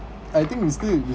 I think it still will be